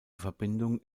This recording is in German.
verbindung